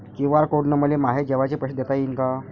QR code न मले माये जेवाचे पैसे देता येईन का?